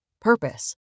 Purpose